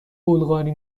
بلغاری